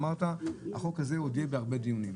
אמרת שהחוק הזה יידון עוד בהרבה דיונים.